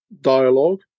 dialogue